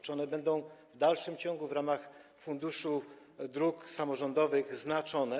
Czy one w dalszym ciągu w ramach Funduszu Dróg Samorządowych będą znaczone?